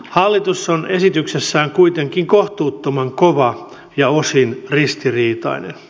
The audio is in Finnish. hallitus on esityksessään kuitenkin kohtuuttoman kova ja osin ristiriitainen